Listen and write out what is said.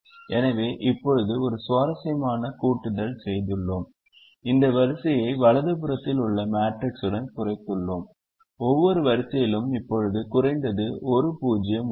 எனவே இப்போது ஒரு சுவாரஸ்யமான கூட்டுதல் செய்துள்ளோம் இந்த வரிசையை வலது புறத்தில் உள்ள மேட்ரிக்ஸ் உடன் குறைத்துள்ளோம் ஒவ்வொரு வரிசையிலும் இப்போது குறைந்தது ஒரு 0 உள்ளது